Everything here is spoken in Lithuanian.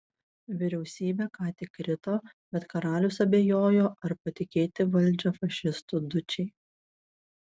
vyriausybė ką tik krito bet karalius abejojo ar patikėti valdžią fašistų dučei